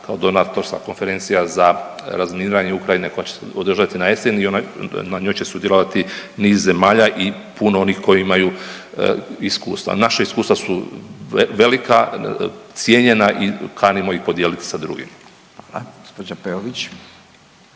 kao donatorska konferencija za razminiranje Ukrajine koja će se održati na jesen i na njoj će sudjelovati niz zemalja i puno onih koji imaju iskustva. Naša iskustva su velika, cijenjena i kanimo ih podijeliti da drugim. **Radin,